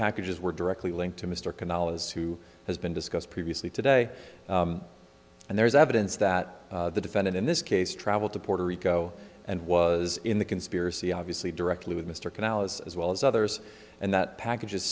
packages were directly linked to mr canal as who has been discussed previously today and there is evidence that the defendant in this case traveled to puerto rico and was in the conspiracy obviously directly with mr canalis as well as others and that packages